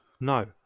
No